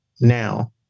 now